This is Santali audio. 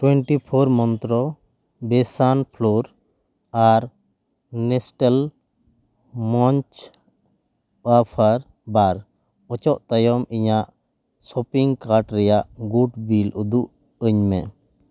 ᱴᱚᱭᱮᱱᱴᱤ ᱯᱷᱳᱨ ᱢᱟᱱᱛᱨᱟ ᱵᱮᱥᱟᱱ ᱯᱷᱞᱳᱨ ᱟᱨ ᱱᱮᱥᱴᱮᱞ ᱢᱚᱧᱪ ᱚᱣᱟᱯᱷᱟᱨ ᱵᱟᱨ ᱚᱪᱚᱜ ᱛᱟᱭᱚᱢ ᱤᱧᱟᱹᱜ ᱥᱚᱯᱤᱩᱝ ᱠᱟᱰ ᱨᱮᱭᱟᱜ ᱜᱩᱴ ᱵᱤᱞ ᱩᱫᱩᱜ ᱟᱹᱧᱢᱮ